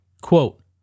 quote